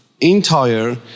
entire